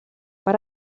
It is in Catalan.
per